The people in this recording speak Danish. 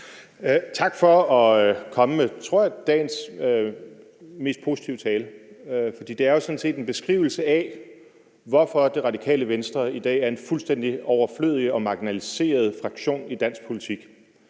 Tak for at komme med dagens, tror jeg, mest positive tale. For det er jo sådan set en beskrivelse af, hvorfor Radikale Venstre i dag er en fuldstændig overflødig og marginaliseret fraktion i dansk politik.